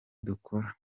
dukora